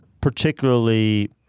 particularly